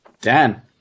Dan